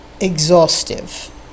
exhaustive